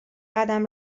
قدم